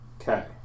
Okay